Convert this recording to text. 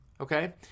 okay